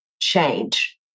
change